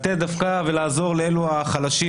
לתת ולעזור דווקא לחלשים,